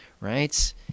right